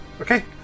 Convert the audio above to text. Okay